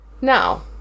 Now